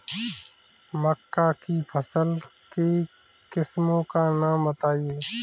मक्का की फसल की किस्मों का नाम बताइये